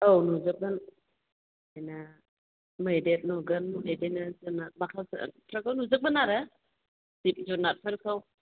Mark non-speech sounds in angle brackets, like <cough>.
औ नुजोबगोन बिदिनो मैदेर नुगोन बिदिनो <unintelligible> नुजोबगोन आरो जिब जुनारफोरखौ